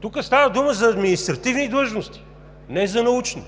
Тук става дума за административни длъжности, не за научни!